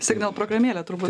signal programėlę turbūt